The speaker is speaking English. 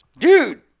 Dude